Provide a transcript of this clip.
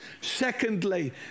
Secondly